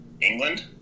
england